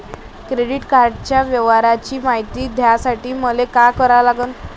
Credit कार्डाच्या व्यवहाराची मायती घ्यासाठी मले का करा लागन?